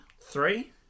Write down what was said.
Three